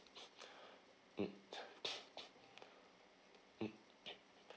mm mm